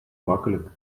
makkelijk